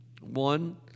One